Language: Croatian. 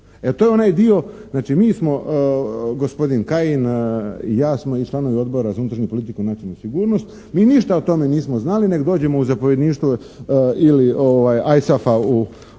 To je onaj dio, znači mi smo gospodin Kajin i ja smo i članovi Odbora za unutrašnju politiku i nacionalnu sigurnost, mi ništa o tome nismo znali nego dođemo u zapovjedništvo ili ISAF-a u Bronsumu